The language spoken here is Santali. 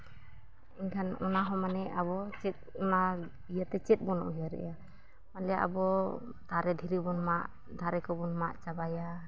ᱮᱱᱠᱷᱟᱱ ᱚᱱᱟ ᱦᱚᱸ ᱢᱟᱱᱮ ᱟᱵᱚ ᱪᱮᱫ ᱚᱱᱟ ᱪᱮᱫ ᱤᱭᱟᱹᱛᱮ ᱪᱮᱫ ᱵᱚᱱ ᱩᱭᱦᱟᱹᱨᱮᱫᱼᱟ ᱢᱟᱱᱞᱤᱭᱟ ᱟᱵᱚ ᱫᱟᱨᱮ ᱫᱷᱤᱨᱤ ᱵᱚᱱ ᱢᱟᱜ ᱫᱟᱨᱮ ᱠᱚᱵᱚᱱ ᱢᱟᱜ ᱪᱟᱵᱟᱭᱟ